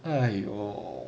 !aiyo!